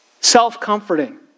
self-comforting